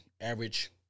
Average